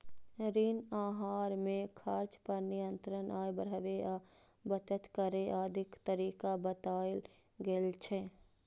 ऋण आहार मे खर्च पर नियंत्रण, आय बढ़ाबै आ बचत करै आदिक तरीका बतायल गेल छै